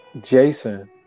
Jason